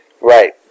Right